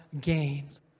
gains